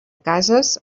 cases